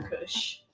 Kush